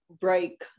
break